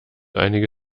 einige